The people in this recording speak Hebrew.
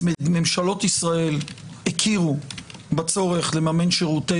ממשלות ישראל הכירו בצורך לממן שירותי